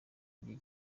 gihe